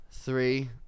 Three